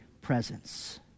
presence